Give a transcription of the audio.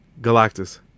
Galactus